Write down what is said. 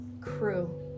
crew